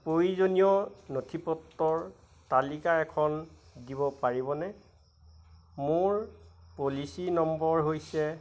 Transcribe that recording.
প্ৰয়োজনীয় নথিপত্ৰৰ তালিকা এখন দিব পাৰিবনে মোৰ পলিচী নম্বৰ হৈছে